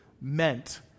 meant